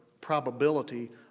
probability